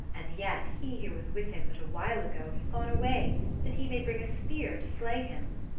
and yet he who was with him but a while ago has gone away that he may bring a spear to slay him.